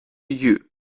you